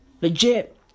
Legit